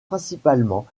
principalement